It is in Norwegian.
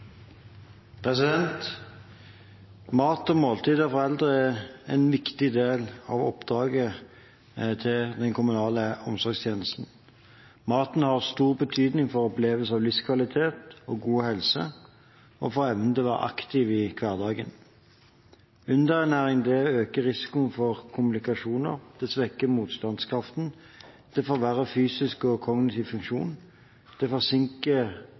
behov. Mat og måltider for eldre er en viktig del av oppdraget til den kommunale omsorgstjenesten. Maten har stor betydning for opplevelsen av livskvalitet og god helse, og for evnen til å være aktiv i hverdagen. Undernæring øker risikoen for komplikasjoner, svekker motstandskraften, forverrer fysisk og kognitiv funksjon, forsinker rekonvalesens og gir økt dødelighet. Det